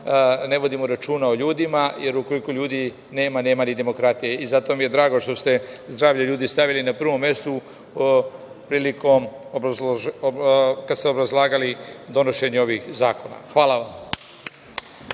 ne vodimo računa o ljudima, jer ukoliko nema ljudi nema ni demokratije. Zato mi je drago što ste zdravlje ljudi stavili na prvo mesto kada ste obrazlagali donošenje ovih zakona. Hvala.